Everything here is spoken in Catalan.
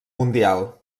mundial